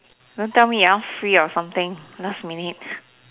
don't tell me you not free or something last minute